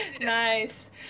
Nice